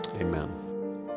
amen